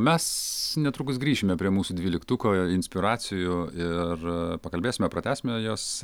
mes netrukus grįšime prie mūsų dvyliktuko inspiracijų ir pakalbėsime pratęsime jas